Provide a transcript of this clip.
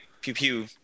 pew-pew